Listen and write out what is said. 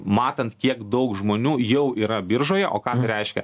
matant kiek daug žmonių jau yra biržoje o tai ką reiškia